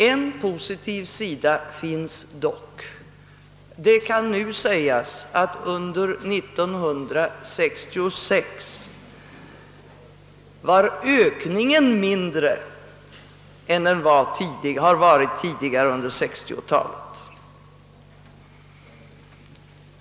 En positiv sida finns dock. Det kan nu sägas att under 1966 var ökningen mindre än den har varit tidigare under 1960 talet.